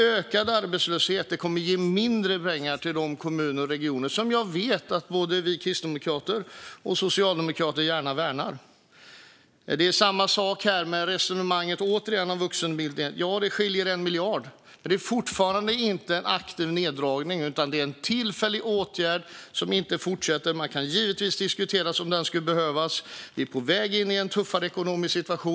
Ökad arbetslöshet kommer att ge mindre pengar till de kommuner och regioner som jag vet att både vi kristdemokrater och ni socialdemokrater gärna värnar. Återigen hör vi samma resonemang när det gäller vuxenutbildningen. Ja, det skiljer 1 miljard, men det är fortfarande inte någon aktiv neddragning, utan det handlar om en tillfällig åtgärd som inte fortsätter. Man kan givetvis diskutera om den behövs. Vi är på väg in i en tuffare ekonomisk situation.